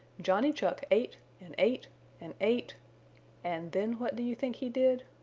johnny chuck ate and ate and ate and then what do you think he did?